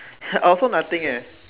I also nothing leh